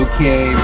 Okay